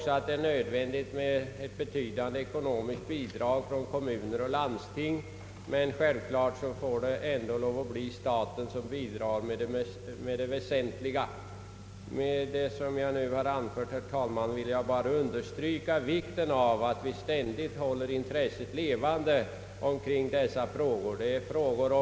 Det är nödvändigt med ett betydande ekonomiskt bidrag från kommuner och landsting, men det måste ändå bli staten som bidrar med det väsentliga. Herr talman! Med det jag nu anfört vill jag understryka vikten av att vi ständigt håller intresset för dessa frågor levande.